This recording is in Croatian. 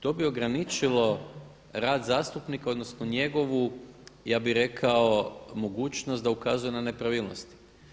To bi ograničilo rad zastupnika odnosno njegovu ja bih rekao mogućnost da ukazuje na nepravilnosti.